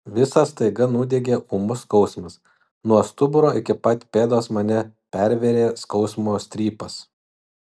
visą staiga nudiegė ūmus skausmas nuo stuburo iki pat pėdos mane pervėrė skausmo strypas